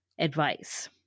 Advice